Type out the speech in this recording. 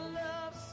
love